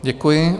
Děkuji.